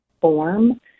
form